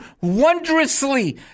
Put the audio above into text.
wondrously